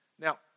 Now